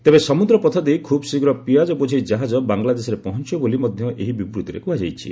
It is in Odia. ତେବେ ସମୁଦ୍ର ପଥ ଦେଇ ଖୁବ୍ଶୀଘ୍ର ପିଆଜ ବୋଝେଇ ଜାହାଜ ବାଂଲାଦେଶରେ ପହଞ୍ଚବ ବୋଲି ମଧ୍ୟ ଏହି ବିବୃତ୍ତିରେ କୁହାଯାଇଛି